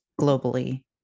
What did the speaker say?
globally